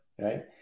Right